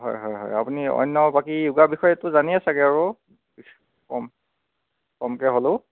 হয় হয় হয় আপুনি অন্য বাকী য়োগাৰ বিষয়েতো জানেই ছাগৈ আৰু কম কমকৈ হ'লেও